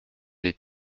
les